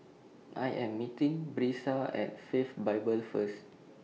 I Am meeting Brisa At Faith Bible First